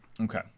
okay